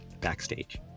Backstage